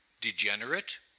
degenerate